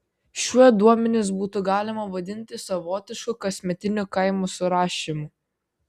šiuo duomenis būtų galima vadinti savotišku kasmetiniu kaimo surašymu